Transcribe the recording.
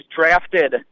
drafted –